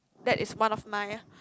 that is one of my